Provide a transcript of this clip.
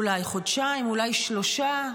אולי חודשיים, אולי שלושה,